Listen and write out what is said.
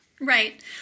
right